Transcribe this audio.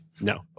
No